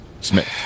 Smith